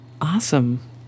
Awesome